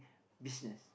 business